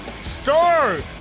start